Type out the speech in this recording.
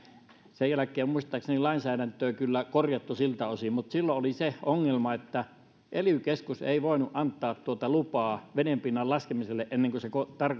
sen jälkeen muistaakseni lainsäädäntöä kyllä on korjattu siltä osin mutta silloin oli se ongelma että ely keskus ei voinut antaa lupaa vedenpinnan laskemiselle ennen kuin se